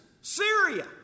Syria